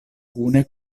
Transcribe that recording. kune